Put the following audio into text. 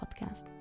podcast